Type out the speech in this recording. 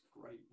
great